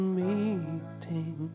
meeting